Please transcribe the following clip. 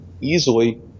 easily